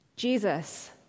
Jesus